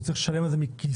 הוא צריך לשלם על זה מכיסו,